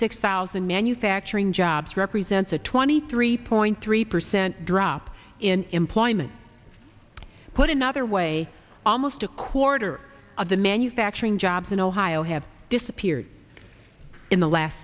six thousand manufacturing jobs represents a twenty three point three percent drop in employment put another way almost a quarter of the manufacturing jobs in ohio have disappeared in the last